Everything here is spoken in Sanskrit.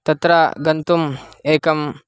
तत्र गन्तुम् एकम्